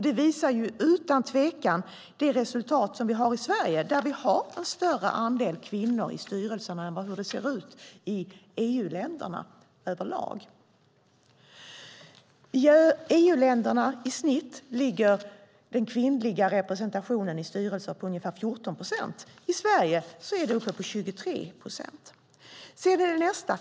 Det visar utan tvekan det resultat som vi har i Sverige, där vi har en större andel kvinnor i styrelserna än i EU-länderna över lag. I EU-länderna i snitt ligger den kvinnliga representationen i styrelser på ungefär 14 procent. I Sverige är den 23 procent.